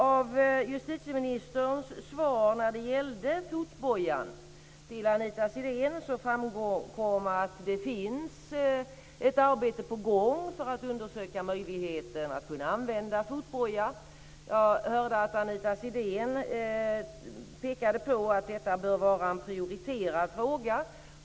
Av justitieministerns svar när det gällde fotbojan till Anita Sidén framkom att ett arbete är på gång för att undersöka möjligheten att använda fotboja. Jag hörde att Anita Sidén pekade på att detta bör vara en prioriterad fråga.